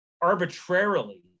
arbitrarily